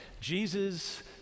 Jesus